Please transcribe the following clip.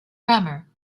grammar